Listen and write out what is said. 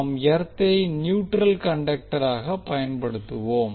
நாம் எர்த்தை நியூட்ரல் கண்டக்டராக பயன்படுத்துவோம்